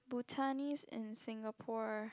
Bhutanese in Singapore